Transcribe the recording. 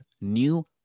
new